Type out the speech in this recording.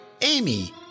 Amy